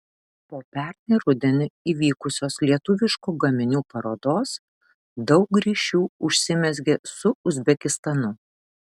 po pernai rudenį įvykusios lietuviškų gaminių parodos daug ryšių užsimezgė su uzbekistanu